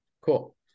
Cool